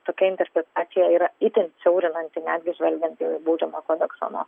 tokia interpretacija yra itin siaurinanti netgi žvelgiant į baudžiamojo kodekso nuostatas